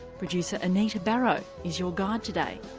producer anita barraud is your guide today.